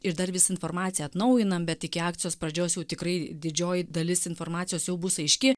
ir dar vis informaciją atnaujinam bet iki akcijos pradžios jau tikrai didžioji dalis informacijos jau bus aiški